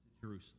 Jerusalem